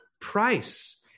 price